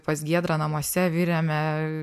pas giedrą namuose virėme